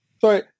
Sorry